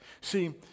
See